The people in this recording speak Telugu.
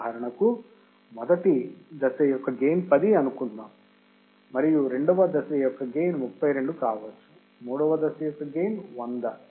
ఉదాహరణకు మొదటి దశ యొక్క గెయిన్ 10 అనుకుందాం మరియు రెండవ దశ యొక్క గెయిన్ 32 కావచ్చు మూడవ దశ యొక్క గెయిన్ 100